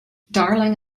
darling